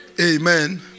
Amen